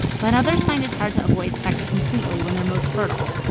but others find it hard to avoid sex completely when they're most fertile.